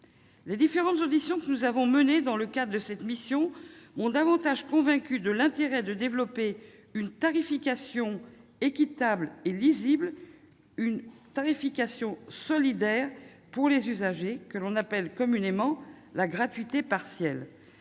Les différentes auditions que nous avons menées dans le cadre de cette mission m'ont davantage convaincue de l'intérêt de développer une tarification équitable et lisible, une tarification solidaire pour les usagers, que l'on appelle communément la gratuité partielle.